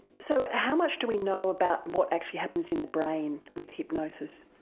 so how much do we know about what actually happens in the brain with hypnosis?